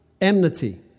enmity